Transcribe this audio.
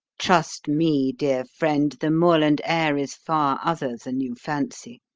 trust me, dear friend, the moorland air is far other than you fancy.